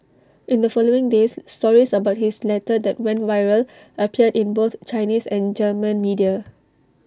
in the following days stories about his letter that went viral appeared in both Chinese and German media